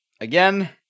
again